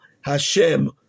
Hashem